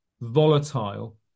volatile